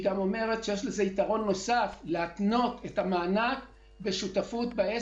שגם אומרת שיש יתרון נוסף בלהתנות את המענק בשותפות בעסק.